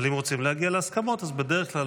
אבל אם רוצים להגיע להסכמות אז בדרך כלל